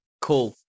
Cool